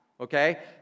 Okay